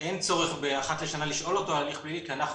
אין צורך אחת לשנה לשאול אותו על הליך פלילי כי אנחנו